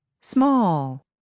small